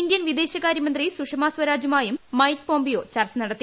Indian വിദേശകാര്യമന്ത്രി സുഷമ സ്വരാജുമായും Mike Pompeo ചർച്ച നടത്തി